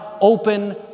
open